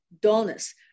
dullness